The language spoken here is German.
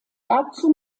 dazu